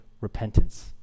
repentance